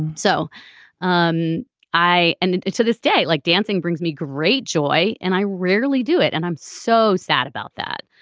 so um i and to this day like dancing brings me great joy and i rarely do it. and i'm so sad about that.